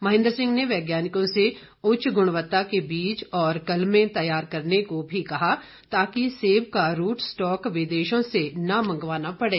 महेंद्र सिंह ने वैज्ञानिकों से उच्च गुणवत्ता के बीज और कलमें तैयार करने को भी कहा ताकि सेब का रूट स्टॉक विदेशों से न मंगवाना पड़े